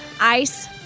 ice